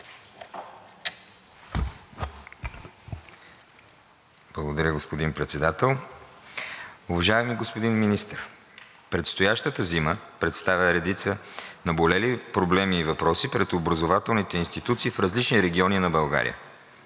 Благодаря, господин Председател. Уважаеми господин Министър, предстоящата зима представя редица наболели проблеми и въпроси пред образователните институции в различни региони на България.